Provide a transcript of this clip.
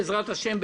בעזרת השם,